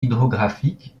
hydrographique